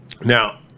Now